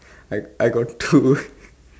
I got I got two